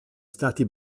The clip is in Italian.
stati